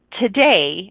today